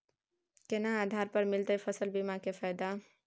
केना आधार पर मिलतै फसल बीमा के फैदा?